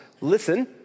listen